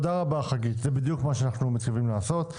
זה בדיוק מה שאנחנו מתכוונים לעשות.